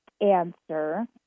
answer